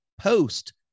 post